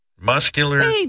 muscular